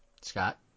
Scott